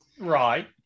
Right